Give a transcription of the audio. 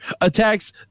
attacks